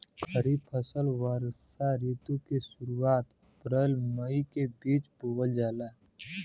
खरीफ फसल वषोॅ ऋतु के शुरुआत, अपृल मई के बीच में बोवल जाला